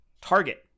Target